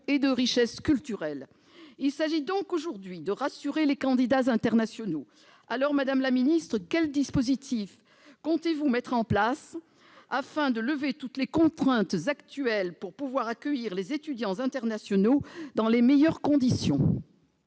et de richesse culturelle. Il s'agit donc aujourd'hui de rassurer les candidats internationaux. Madame la ministre, quels dispositifs comptez-vous mettre en place, afin de lever toutes les contraintes actuelles et d'accueillir les étudiants internationaux dans les meilleures conditions ?